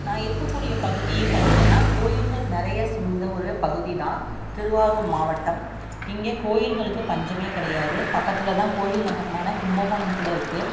நான் இருக்கக்கூடிய பகுதியே பார்த்திங்கன்னா கோயில்கள் நிறைய சூழ்ந்த ஒரு பகுதி தான் திருவாரூர் மாவட்டம் இங்கே கோயில்களுக்கு பஞ்சமே கிடையாது பக்கத்தில்தான் கோயில் நகரமான கும்பகோணம் கூட இருக்கு